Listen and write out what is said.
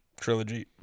trilogy